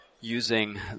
using